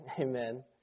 amen